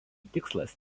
tikslas